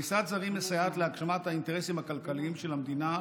כניסת זרים מסייעת להגשמת האינטרסים הכלכליים של המדינה,